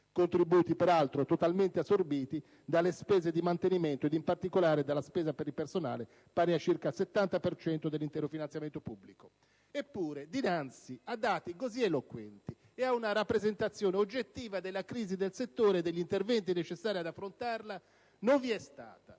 contributi, peraltro, totalmente assorbiti dalle spese di mantenimento e in particolare dalla spesa per il personale, pari a circa il 70 per cento dell'intero finanziamento pubblico. Eppure, dinanzi a dati così eloquenti e ad una rappresentazione oggettiva della crisi del settore e degli interventi necessari ad affrontarla, non vi è stata